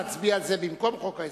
להצביע על זה במקום חוק ההסדרים,